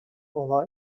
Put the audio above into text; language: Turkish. olay